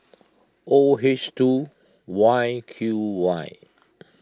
O H two Y Q Y